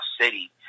city